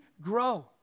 grow